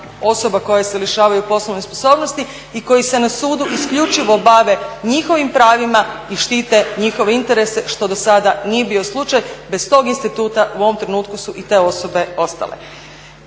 osoba koja se lišavaju poslovne sposobnosti i koji se na sudu isključivo bave njihovim pravima i štite njihove interese što do sada nije bio slučaj. Bez tog instituta u ovom trenutku su i te osobe ostale.